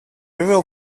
will